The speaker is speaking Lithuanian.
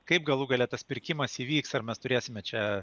kaip galų gale tas pirkimas įvyks ar mes turėsime čia